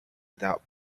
without